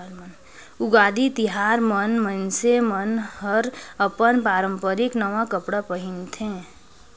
उगादी तिहार मन मइनसे मन हर अपन पारंपरिक नवा कपड़ा पहिनथे